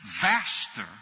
vaster